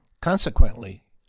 Consequently